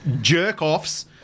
jerk-offs